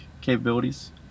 capabilities